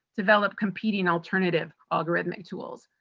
develop competing, alternative algorithmic tools.